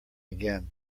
again